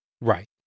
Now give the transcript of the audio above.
Right